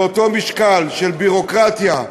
באותו משקל של ביורוקרטיה,